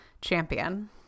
champion